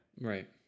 Right